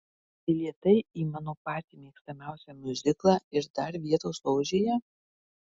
bilietai į mano patį mėgstamiausią miuziklą ir dar vietos ložėje